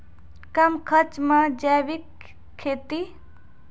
कम खर्च मे जैविक खेती?